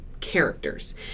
characters